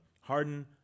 Harden